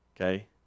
okay